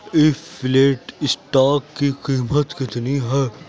F flat stock کی قیمت کتنی ہے